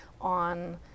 on